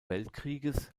weltkrieges